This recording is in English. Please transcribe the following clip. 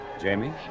Jamie